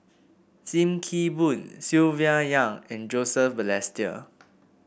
Sim Kee Boon Silvia Yong and Joseph Balestier